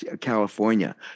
California